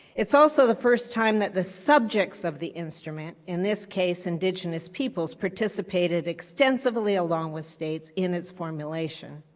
it's also the first time that the subjects of the instrument in this case indigenous peoples participated extensively along with states in its formulation.